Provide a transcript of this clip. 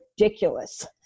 ridiculous